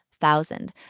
thousand